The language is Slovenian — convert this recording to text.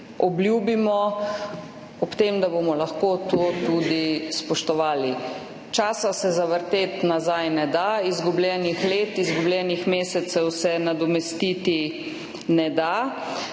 obljubimo ob tem, da bomo lahko to tudi spoštovali. Časa se zavrteti nazaj ne da, izgubljenih let, izgubljenih mesecev se nadomestiti ne da.